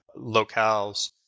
locales